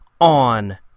on